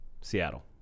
Seattle